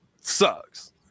sucks